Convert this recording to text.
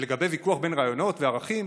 ולגבי ויכוח בין רעיונות וערכים